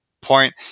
point